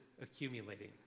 accumulating